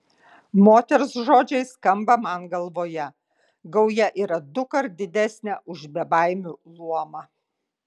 moters žodžiai skamba man galvoje gauja yra dukart didesnė už bebaimių luomą